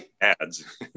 ads